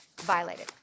violated